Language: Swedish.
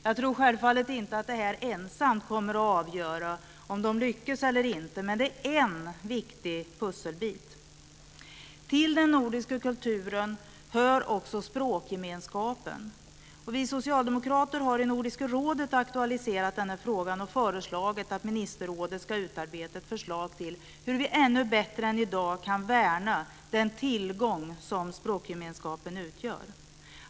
Jag tror självfallet inte att detta ensamt kommer att avgöra om arbetet lyckas eller inte, men det är en viktig pusselbit. Till den nordiska kulturen hör också språkgemenskapen. Vi socialdemokrater har i Nordiska rådet aktualiserat frågan, och vi har föreslagit att ministerrådet ska utarbeta ett förslag till hur vi ännu bättre än i dag kan värna den tillgång som språkgemenskapen utgör.